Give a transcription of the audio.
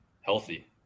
healthy